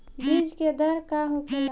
बीज के दर का होखेला?